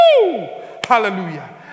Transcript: Hallelujah